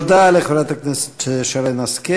תודה לחברת הכנסת שרן השכל.